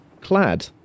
clad